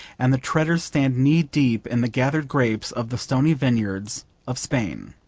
and the treaders stand knee-deep in the gathered grapes of the stony vineyards of spain.